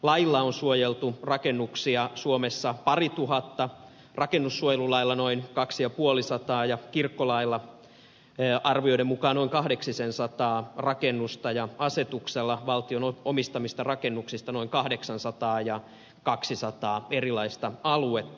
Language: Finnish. lailla on suojeltu rakennuksia suomessa parituhatta rakennussuojelulailla noin kaksi ja puolisataa ja kirkkolailla arvioiden mukaan noin kahdeksisensataa rakennusta ja asetuksella valtion omistamista rakennuksista noin kahdeksansataa ja kaksisataa erilaista aluetta